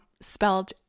spelled